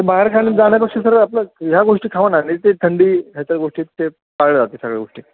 बाहेर खायला जाण्यापेक्षा सर आपल्या ह्या गोष्टी खावा ना नाही तर ते थंडी ह्याच्या गोष्टी ते पाळल्या जाते सगळ्या गोष्टी